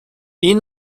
این